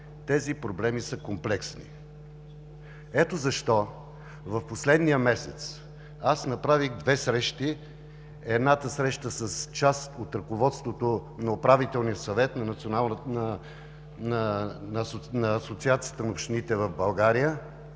тези проблеми са комплексни. Ето защо в последния месец аз направих две срещи – едната среща с част от ръководството на Управителния съвет на Националното сдружение